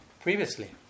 previously